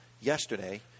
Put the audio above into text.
yesterday